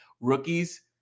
rookies